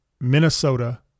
Minnesota